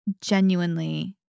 genuinely